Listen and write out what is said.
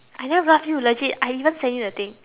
I never bluff you legit I even sent you the thing